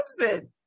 husband